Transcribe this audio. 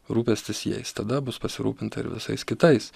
rūpestis jais tada bus pasirūpinta ir visais kitais